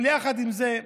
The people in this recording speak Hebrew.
אבל יחד עם זה,